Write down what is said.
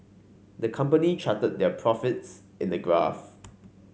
the company charted their profits in a graph